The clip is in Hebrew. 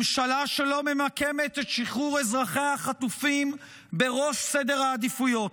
ממשלה שלא ממקמת את שחרור אזרחיה החטופים בראש סדר העדיפויות,